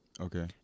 Okay